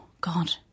God